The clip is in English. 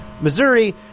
Missouri